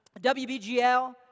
WBGL